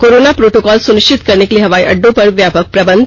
corona protocol सुनिश्चित करने के लिए हवाई अड्डों पर व्यापक प्रबंध